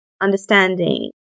understanding